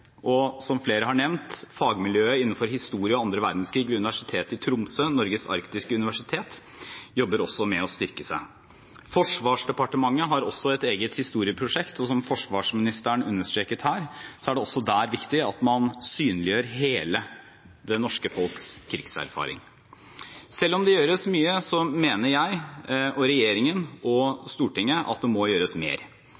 og – som flere har nevnt – fagmiljøet innenfor historie og annen verdenskrig ved UiT – Norges arktiske universitet, jobber også med å styrke seg. Forsvarsdepartementet har også et eget historieprosjekt, og som forsvarsministeren understreket her, er det også der viktig at man synliggjør hele det norske folks krigserfaring. Selv om det gjøres mye, mener jeg, regjeringen og Stortinget at det må gjøres mer.